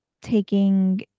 taking